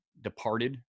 departed